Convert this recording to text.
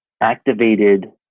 activated